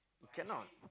cannot